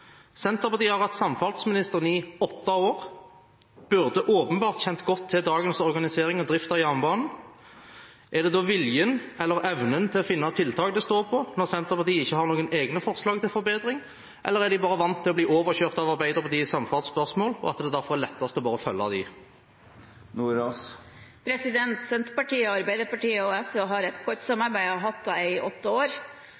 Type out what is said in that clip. Senterpartiet har hatt samferdselsministeren i åtte år og burde åpenbart kjent godt til dagens organisering og drift av jernbanen. Er det da viljen eller evnen til å finne tiltak det står på når Senterpartiet ikke har noen egne forslag til forbedring, eller er de bare vant til å bli overkjørt av Arbeiderpartiet i samferdselsspørsmål, og at det derfor bare er lettest å følge dem? Senterpartiet, Arbeiderpartiet og SV har et godt samarbeid og har hatt det i åtte år.